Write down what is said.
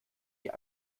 wir